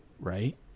Right